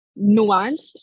nuanced